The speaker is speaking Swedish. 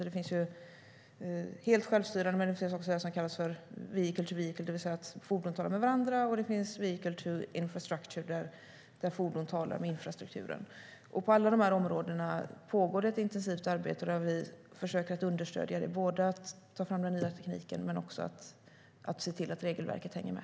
Det finns helt självstyrande fordon men också det som kallas vehicle-to-vehicle, det vill säga där fordon talar med varandra, och vehicle-to-infrastructure, där fordon talar med infrastrukturen. På alla dessa områden pågår ett intensivt arbete som vi försöker understödja både genom att ta fram den nya tekniken och genom att se till att regelverket hänger med.